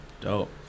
Dope